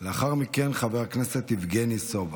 לאחר מכן, חבר הכנסת יבגני סובה.